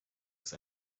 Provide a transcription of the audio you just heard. ist